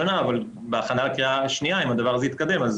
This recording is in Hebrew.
בהכנה לקריאה שנייה, אם הדבר הזה יתקדם, אז